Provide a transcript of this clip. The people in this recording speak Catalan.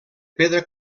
pedra